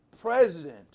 president